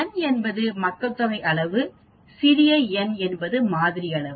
N என்பது மக்கள்தொகை அளவு சிறிய n என்பது மாதிரி அளவு